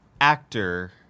actor